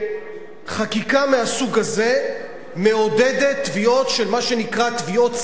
שחקיקה מהסוג הזה מעודדת מה שנקרא תביעות סרק,